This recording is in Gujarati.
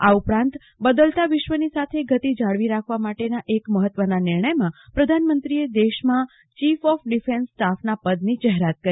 આ ઉપરાંત બદલાતા વિષની સાથે ગતિ જાળવી રાખવા માટેના એક મહત્વના નિર્ણયમાં પ્રધાનમંત્રીએ દેશમાં ચીફ ઓફ ડીફેન્સ સ્ટાફના પદની જાહેરાત કરી